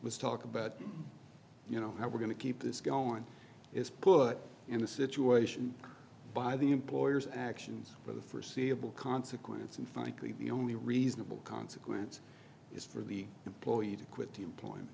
was talk about you know how we're going to keep this going is put in the situation by the employers actions for the forseeable consequence and finally the only reasonable consequence is for the employee to quit the employment